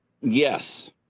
Yes